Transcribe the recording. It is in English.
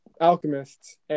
alchemists